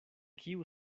kiu